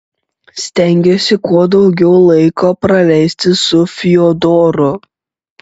stengiuosi kuo daugiau laiko praleisti su fiodoru